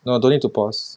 no ah don't need to pass